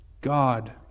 God